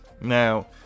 Now